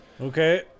Okay